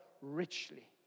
richly